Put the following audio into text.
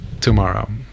tomorrow